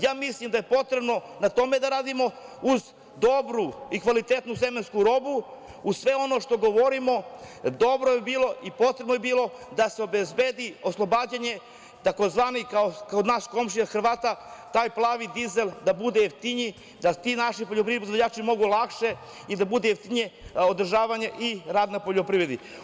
Ja mislim da je potrebno na tome da radimo, uz dobru i kvalitetnu semensku robu, uz sve ono što govorimo, dobro bi bilo i potrebno bi bilo da se obezbedi oslobađanje tzv. kod naš komšija Hrvata, taj „plavi dizel“, da bude jeftiniji, da ti naši poljoprivredni proizvođači mogu lakše i da bude jeftinije održavanje i rad na poljoprivredi.